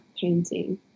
painting